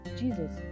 jesus